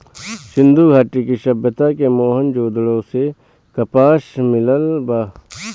सिंधु घाटी सभ्यता के मोहन जोदड़ो से कपास मिलल बा